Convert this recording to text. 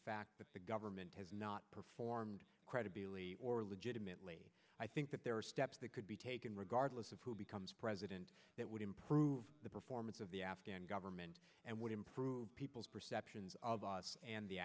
fact that the government has not performed credibility or legitimately i think that there are steps that could be taken regardless of who becomes president that would improve the performance of the afghan government and would improve people's perceptions of us and the